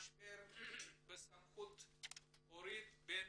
משבר בסמכות הורית בין